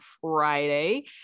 Friday